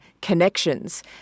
connections